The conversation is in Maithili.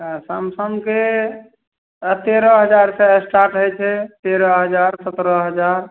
सैमसन्गके तेरह हजारसे स्टार्ट होइ छै तेरह हजार सतरह हजार